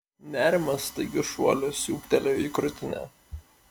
nerimas staigiu šuoliu siūbtelėjo į krūtinę